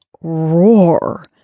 roar